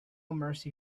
mercy